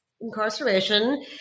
Incarceration